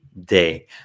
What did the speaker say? day